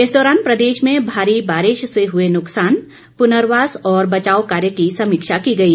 इस दौरान प्रदेश में भारी बारिश से हुए नुक्सान पुनर्वास और बचाव कार्य की समीक्षा की गई